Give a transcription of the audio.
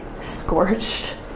Scorched